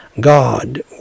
God